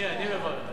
אני, אני מברך אותו.